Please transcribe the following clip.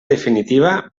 definitiva